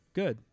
good